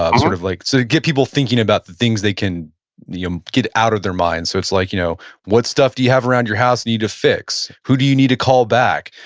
ah and sort of like to get people thinking about the things they can um get out of their mind. so it's like you know what stuff do you have around your house need a fix, who do you need to call back,